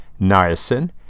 niacin